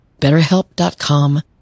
BetterHelp.com